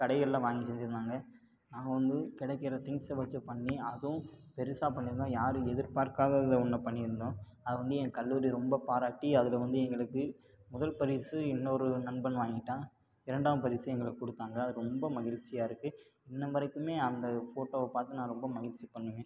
கடைகள்ல வாங்கி செஞ்சிருந்தாங்க நான் வந்து கிடைக்கிற திங்க்ஸை வச்சு பண்ணி அதுவும் பெருசாக பண்ணியிருந்தோம் யாரும் எதிர்பார்க்காததை ஒன்றை பண்ணியிருந்தோம் அது வந்து ஏன் கல்லூரி ரொம்ப பாராட்டி அதில் வந்து எங்களுக்கு முதல் பரிசு இன்னொரு நண்பன் வாங்கிட்டான் இரண்டாம் பரிசு எங்களுக்கு கொடுத்தாங்க அது ரொம்ப மகிழ்ச்சியா இருக்குது இன்ன வரைக்குமே அந்த ஃபோட்டோவை பார்த்து நான் ரொம்ப மகிழ்ச்சி பண்ணுவேன்